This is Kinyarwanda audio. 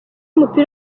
w’umupira